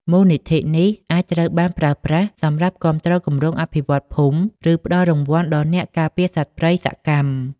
មូលនិធិនេះអាចត្រូវបានប្រើប្រាស់សម្រាប់គាំទ្រគម្រោងអភិវឌ្ឍន៍ភូមិ ឬផ្តល់រង្វាន់ដល់អ្នកការពារសត្វព្រៃសកម្ម។